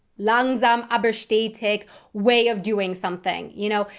langsam aber stetig way of doing something. you know,